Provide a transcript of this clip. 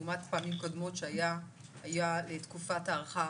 לעומת פעמים קודמות שהיתה תקופת הארכה